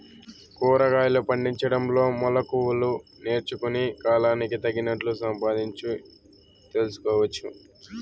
కూరగాయలు పండించడంలో మెళకువలు నేర్చుకుని, కాలానికి తగినట్లు సంపాదించు తెలుసుకోవచ్చు